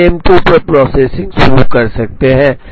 हम M2 पर processing शुरू कर सकते हैं